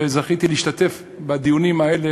וזכיתי להשתתף בדיונים האלה.